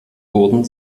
wurden